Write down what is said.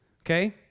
Okay